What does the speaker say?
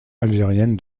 algérienne